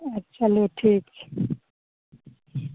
चलू ठीक छै